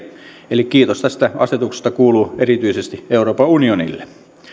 eli kiitos tästä asetuksesta kuuluu erityisesti euroopan unionille